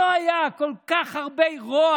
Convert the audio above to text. לא היה כל כך הרבה רוע